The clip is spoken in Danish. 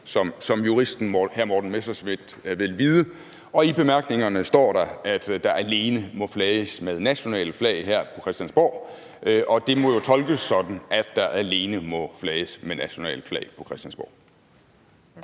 som juristen hr. Morten Messerschmidt vil vide. Og i bemærkningerne står der, at der alene må flages med nationale flag her på Christiansborg. Og det må jo tolkes sådan, at der alene må flages med nationale flag på Christiansborg.